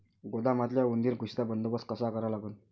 गोदामातल्या उंदीर, घुशीचा बंदोबस्त कसा करा लागन?